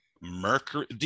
mercury